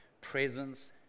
presence